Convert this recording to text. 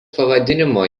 pavadinimo